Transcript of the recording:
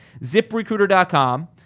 ZipRecruiter.com